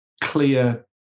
clear